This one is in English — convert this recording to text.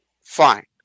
fine